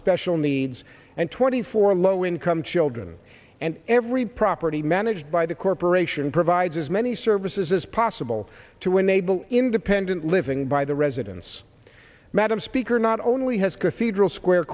special needs and twenty four low income children and every property managed by the corporation provides as many services as possible to enable independent living by the residents madam speaker not only has